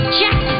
Check